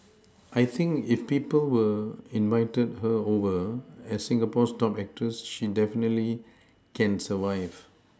I think if people will invited her over as Singapore's top actress she definitely can survive